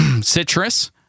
citrus